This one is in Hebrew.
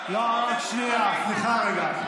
רק שנייה, רק שנייה, סליחה רגע.